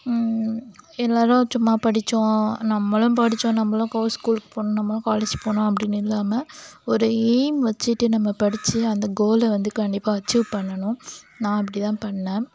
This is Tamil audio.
எல்லோரும் சும்மா படித்தோம் நம்மளும் படித்தோம் நம்மளும் கோர்ஸ் ஸ்கூல்க்கு போனோம் நம்மளும் காலேஜ் போனோம் அப்படின்னு இல்லாமல் ஒரு எய்ம் வச்சுட்டு நம்ம படிச்சு அந்த கோலை வந்து கண்டிப்பாக அச்சீவ் பண்ணணும் நான் அப்படி தான் பண்ணிணேன்